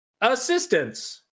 assistance